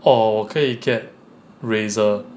or 我可以 get razor